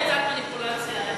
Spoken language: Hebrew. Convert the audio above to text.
אבל זאת קצת מניפולציה.